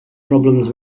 problems